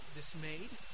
dismayed